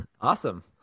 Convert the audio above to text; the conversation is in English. awesome